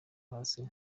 hasi